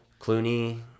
Clooney